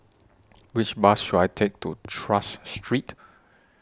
Which Bus should I Take to Tras Street